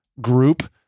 group